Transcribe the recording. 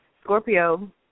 Scorpio